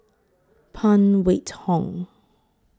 Phan Wait Hong